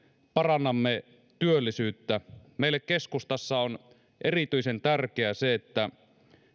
parannamme työllisyyttä meille keskustassa on erityisen tärkeää se että